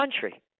country